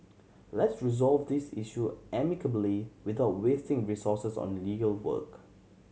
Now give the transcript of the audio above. let's resolve this issue amicably without wasting resources on legal work